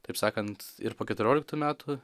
taip sakant ir po keturioliktų metų